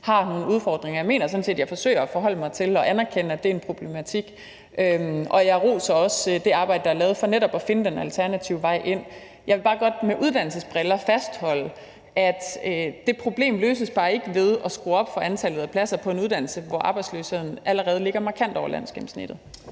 har nogle udfordringer. Jeg mener sådan set, at jeg forsøger at forholde mig til og anerkende, at det er en problematik. Jeg roser også det arbejde, der er lavet, for netop at finde den alternative vej ind. Jeg vil bare godt med de uddannelsespolitiske briller på fastholde, at det problem bare ikke løses ved at skrue op for antallet af pladser på en uddannelse, hvor arbejdsløsheden allerede ligger markant over landsgennemsnittet.